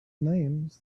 names